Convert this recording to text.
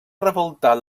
revoltar